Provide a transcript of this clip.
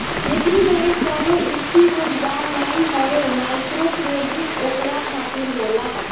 जेकरी लगे कवनो स्थिर रोजगार नाइ हवे माइक्रोक्रेडिट ओकरा खातिर होला